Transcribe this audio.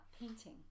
painting